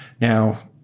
now,